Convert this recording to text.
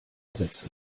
sätze